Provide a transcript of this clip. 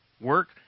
work